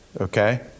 Okay